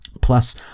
Plus